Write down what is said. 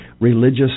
religious